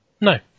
No